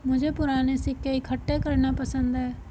मुझे पूराने सिक्के इकट्ठे करना पसंद है